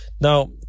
Now